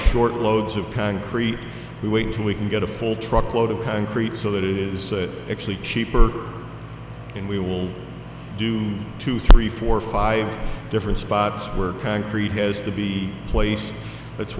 short loads of concrete we wait until we can get a full truckload of concrete so that it is actually cheaper and we will do two three four five different spots where concrete has to be placed that's